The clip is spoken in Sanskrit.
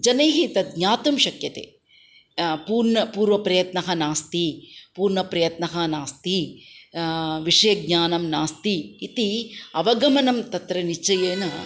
जनैः तत् ज्ञातुं शक्यते पूर्न पूर्वप्रयत्नः नास्ति पूर्णप्रयत्नः नास्ति विषयज्ञानं नास्ति इति अवगमनं तत्र निश्चयेन